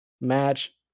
match